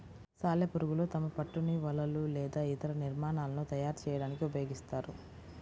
సాలెపురుగులు తమ పట్టును వలలు లేదా ఇతర నిర్మాణాలను తయారు చేయడానికి ఉపయోగిస్తాయి